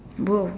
bro